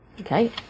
Okay